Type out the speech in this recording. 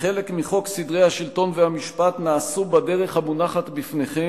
כחלק מחוק סדרי השלטון והמשפט נעשו בדרך המונחת בפניכם,